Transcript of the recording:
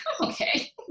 okay